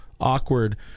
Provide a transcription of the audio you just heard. awkward